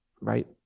right